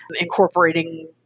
incorporating